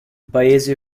paese